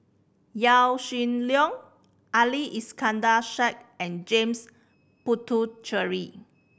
Yaw Shin Leong Ali Iskandar Shah and James Puthucheary